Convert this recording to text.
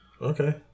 Okay